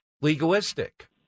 legalistic